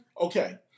Okay